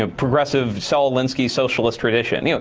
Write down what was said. ah progressive, saul alinsky socialist tradition. you know,